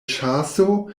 ĉaso